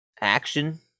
Action